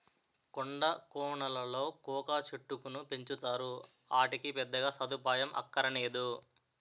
కొండా కోనలలో కోకా చెట్టుకును పెంచుతారు, ఆటికి పెద్దగా సదుపాయం అక్కరనేదు